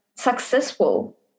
successful